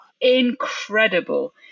incredible